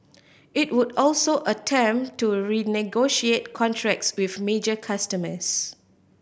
it would also attempt to renegotiate contracts with major customers